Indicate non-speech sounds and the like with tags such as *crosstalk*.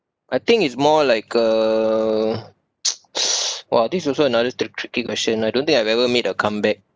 I think is more like a *noise* *breath* !wah! this is also another tri~ tricky question I don't think I've ever made a comeback